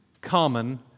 common